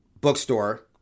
bookstore